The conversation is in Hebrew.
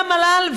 מהמל"ל,